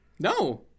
No